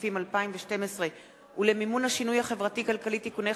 הכספים 2012 ולמימון השינוי החברתי-כלכלי (תיקוני חקיקה)